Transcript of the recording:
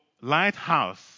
Lighthouse